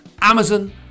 Amazon